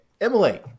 Emily